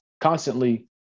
constantly